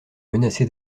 menacé